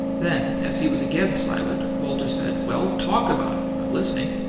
then, as he was again silent, walter said, well, talk about it i'm listening.